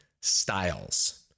styles